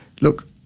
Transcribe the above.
look